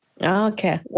Okay